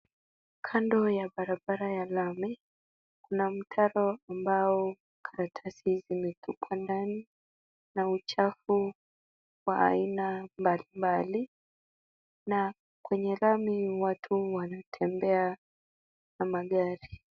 Kando ya barabara ya lami kuna mtaro ambao karatasi zimetupwa ndani na uchafu wa aina mbalimbali na kwenye lami watu wanatembea na magari.